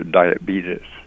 diabetes